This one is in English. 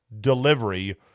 delivery